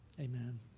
amen